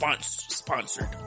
Sponsored